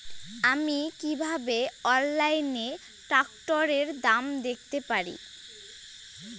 আমি কিভাবে অনলাইনে ট্রাক্টরের দাম দেখতে পারি?